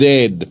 Dead